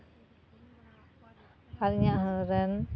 ᱟᱨ ᱤᱧᱟᱹᱜ ᱦᱚᱲ ᱨᱮᱱ